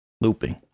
Looping